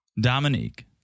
Dominique